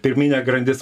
pirminė grandis